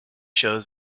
shows